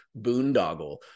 boondoggle